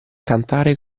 cantare